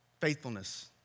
faithfulness